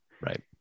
right